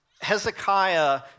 Hezekiah